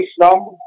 Islam